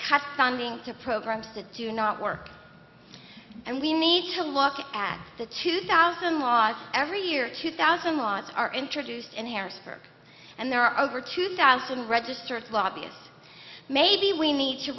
cut funding to programs to do not work and we need to look at the two thousand laws every year two thousand laws are introduced in harrisburg and there are over two thousand registered lobbyists maybe we need to